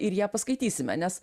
ir ją paskaitysime nes